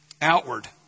Outward